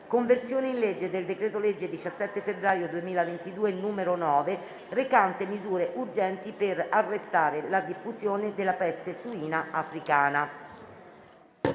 «Conversione in legge del decreto-legge 17 febbraio 2022, n. 9, recante misure urgenti per arrestare la diffusione della peste suina africana